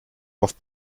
oft